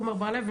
עמר בר לב,